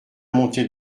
montée